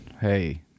hey